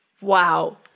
Wow